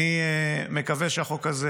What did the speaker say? אני מקווה שהחוק הזה,